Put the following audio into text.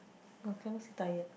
no cannot say tired